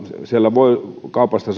siellä voi todella kaupasta